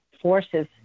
forces